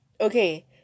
Okay